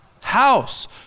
house